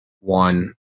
one